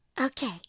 Okay